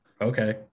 okay